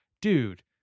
dude